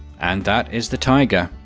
and that is the taiga.